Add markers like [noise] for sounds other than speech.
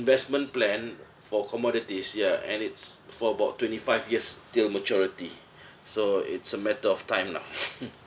investment plan for commodities ya and it's for about twenty five years till maturity so it's a matter of time lah [laughs]